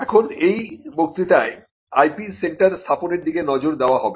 এখন এই বক্তৃতায় IP সেন্টার স্থাপনের দিকে নজর দেওয়া হবে